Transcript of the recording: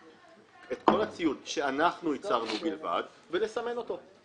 את כל הציוד שאנחנו ייצרנו בלבד ולסמן אותו.